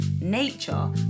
nature